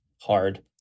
hard